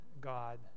God